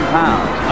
pounds